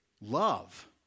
love